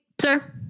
sir